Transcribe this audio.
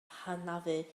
hanafu